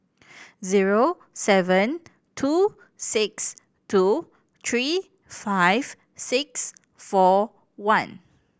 zero seven two six two three five six four one